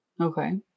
Okay